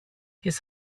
his